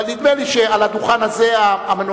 אבל נדמה לי שעל הדוכן הזה המנורה,